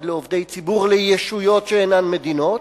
לעובדי ציבור לישויות שאינן מדינות,